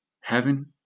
heaven